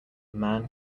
man